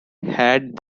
had